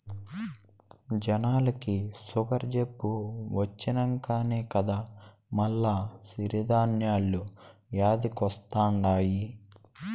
జనాలకి సుగరు జబ్బు వచ్చినంకనే కదా మల్ల సిరి ధాన్యాలు యాదికొస్తండాయి